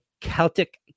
Celtic